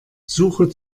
suche